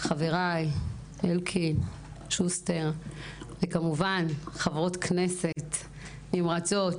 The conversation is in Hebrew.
חבריי אלקין, שוסטר, וכמובן חברות כנסת נמרצות,